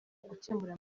gukemura